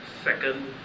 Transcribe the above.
Second